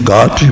God